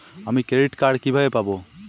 আমি credit card কিভাবে পাবো?